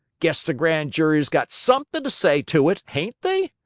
guess the grand jury's got suthin' to say to it, hain't they?